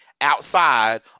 outside